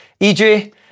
EJ